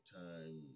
time